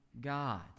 God